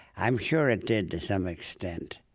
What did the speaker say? i'm sure it did to some extent,